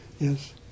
yes